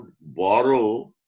borrow